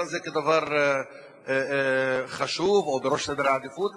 הזה דבר חשוב או בראש סדר העדיפויות.